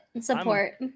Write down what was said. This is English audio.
support